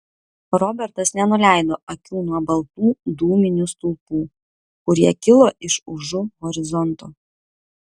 robertas nenuleido akių nuo baltų dūminių stulpų kurie kilo iš užu horizonto